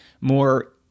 more